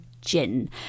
gin